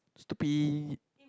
stupid